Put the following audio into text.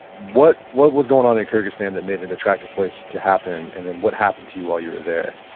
what what was going on in kurdistan that made it attractive place to happen? and then what happened to you while you were there?